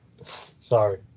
Sorry